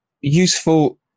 useful